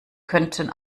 könnten